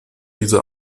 diese